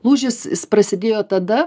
lūžis jis prasidėjo tada